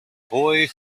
boy